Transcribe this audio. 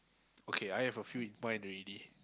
okay I have a few in mind already